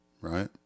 right